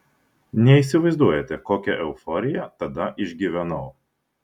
neįsivaizduojate kokią euforiją tada išgyvenau